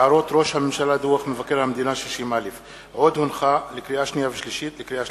הערות ראש הממשלה לדוח מבקר המדינה 60א. לקריאה שנייה ולקריאה שלישית: